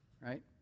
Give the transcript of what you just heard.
Right